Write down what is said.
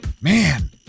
Man